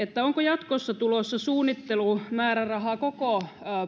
onko jatkossa tulossa suunnittelumäärärahaa koko